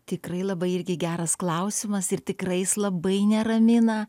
tikrai labai irgi geras klausimas ir tikrais labai neramina